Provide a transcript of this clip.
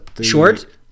Short